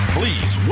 please